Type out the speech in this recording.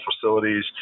facilities